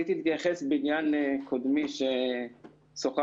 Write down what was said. י והיא מספיק חשובה'